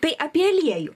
tai apie aliejų